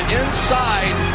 inside